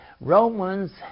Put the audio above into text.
Romans